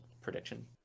prediction